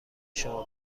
شما